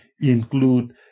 Include